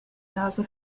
nase